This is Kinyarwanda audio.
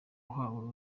ahawe